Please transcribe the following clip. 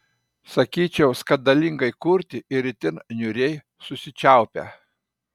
sakyčiau skandalingai kurti ir itin niūriai susičiaupę